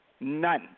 none